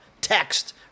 text